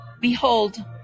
Behold